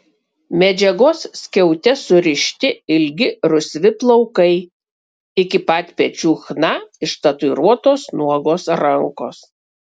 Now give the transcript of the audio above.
medžiagos skiaute surišti ilgi rusvi plaukai iki pat pečių chna ištatuiruotos nuogos rankos